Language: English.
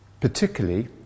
Particularly